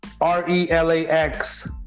R-E-L-A-X